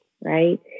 right